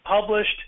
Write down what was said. published